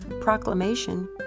proclamation